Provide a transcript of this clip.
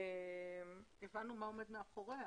הבנו מה עומד מאחוריה.